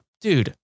dude